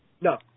No